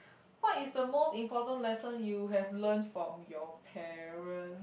what is the most important lesson you have learnt from your parents